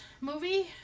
movie